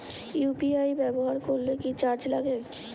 UPI ব্যবহার করলে কি চার্জ লাগে?